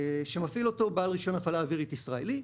שמפעיל אותו בעל רישיון הפעלה אווירית ישראלי,